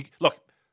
Look